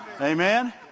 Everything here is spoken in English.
Amen